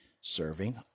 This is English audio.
serving